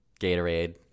Gatorade